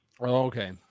okay